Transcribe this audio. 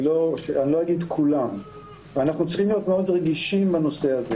אני לא אגיד כולם ואנחנו צריכים להיות מאוד רגישים בנושא הזה